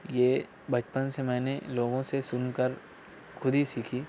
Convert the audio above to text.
یہ بچپن سے میں نے لوگوں سے سن کر خود ہی سیکھی